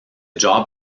job